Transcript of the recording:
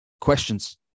questions